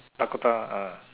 Dakota ah